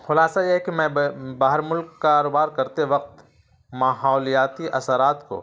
خلاصہ یہ ہے کہ میں باہر ملک کاروبار کرتے وقت ماحولیاتی اثرات کو